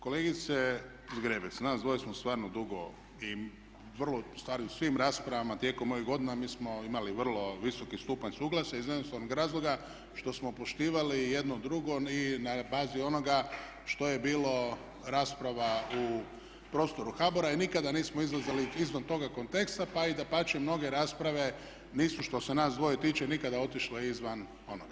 Kolegice Zgrebec, nas dvoje smo stvarno dugo i vrlo, ustvari u svim raspravama tijekom ovih godina mi smo imali vrlo visoki stupanj suglasja, iz jednostavnog razloga što smo poštivali jedno drugo i na bazi ono što je bilo rasprava u prostoru HBOR-a i nikada nismo izlazili izvan toga konteksta pa i dapače mnoge rasprave nisu što se nas dvoje tiče nikada otišle izvan onoga.